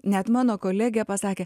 net mano kolegė pasakė